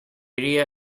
area